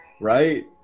right